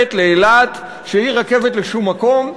שהיא רכבת לשום מקום,